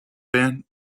band